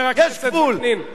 יש גבול.